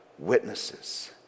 witnesses